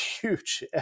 huge